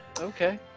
Okay